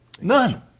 none